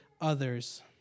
others